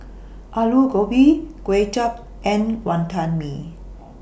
Aloo Gobi Kway Chap and Wantan Mee